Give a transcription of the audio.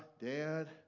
Dad